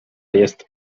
jest